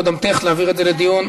קודמתך, להעביר את זה לדיון,